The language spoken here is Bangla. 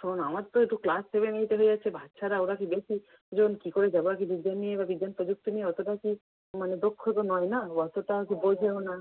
শোনো না আমার তো একটু ক্লাস সেভেন এইটের হয়ে যাচ্ছে বাচ্চারা ওরা কি দেখি কজন কী করে আর কি বিজ্ঞান নিয়ে বা বিজ্ঞান প্রযুক্তি নিয়ে অতোটাও তো মানে দক্ষ তো নয় না অতোটাও তো বোঝেও না